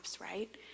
right